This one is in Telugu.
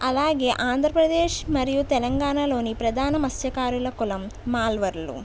అలాగే ఆంధ్రప్రదేశ్ మరియు తెలంగాణలోని ప్రధాన మత్స్య కార కులం మాల్వర్లు